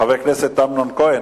חבר הכנסת אמנון כהן,